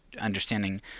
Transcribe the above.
understanding